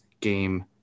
game